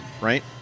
right